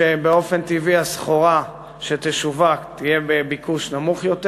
שבאופן טבעי הסחורה שתשווק מהם תהיה בביקוש נמוך יותר.